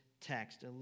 text